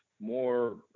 more